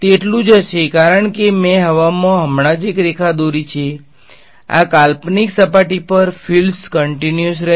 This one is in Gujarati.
તે એટલું જ હશે કારણ કે મેં હવા માં હમણાં જ એક રેખા દોરી છે આ કાલ્પનિક સપાટી પર ફિલ્ડ્સ કંટીન્યુઅસ રહેશે